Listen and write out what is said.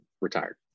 retired